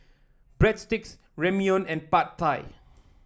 Breadsticks Ramyeon and Pad Thai